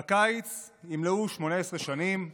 בקיץ ימלאו 18 שנים לגירוש,